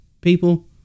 people